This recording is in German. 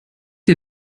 ihr